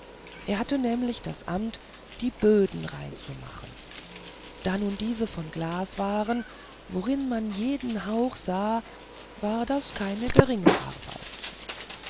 er hatte nämlich das amt die böden reinzumachen da nun diese von glas waren worin man jeden hauch sah war es keine geringe arbeit